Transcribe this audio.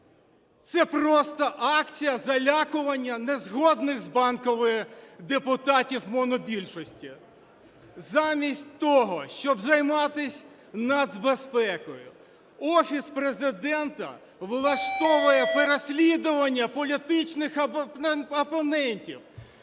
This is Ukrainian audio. Це просто акція залякування незгодних з Банковою депутатів монобільшості. Замість того, щоб займатись нацбезпекою Офіс Президента влаштовує переслідування політичних опонентів